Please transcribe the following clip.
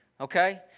Okay